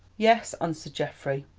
yes, answered geoffrey,